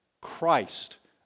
Christ